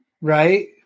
Right